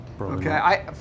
Okay